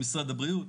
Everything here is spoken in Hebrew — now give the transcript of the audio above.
עם משרד הבריאות.